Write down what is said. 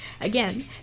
Again